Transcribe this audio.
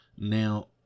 Now